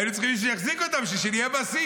היינו צריכים מישהו שיחזיק אותם בשביל שנהיה בשיא,